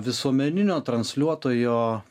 visuomeninio transliuotojo